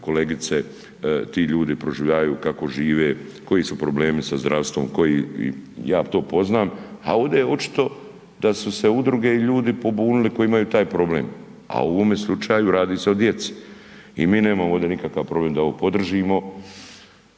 kolegice, ti ljudi proživljavaju, kako žive, koji su problemi sa zdravstvom, koji, ja to poznam a ovdje je očito da su se udruge i ljudi pobunili koji imaju taj problem a u ovome slučaju radi se o djeci. I mi nemamo ovdje nikakav problem da ovo podržimo,